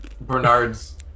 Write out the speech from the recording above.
Bernard's